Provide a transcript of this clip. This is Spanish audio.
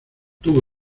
tuvo